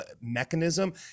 mechanism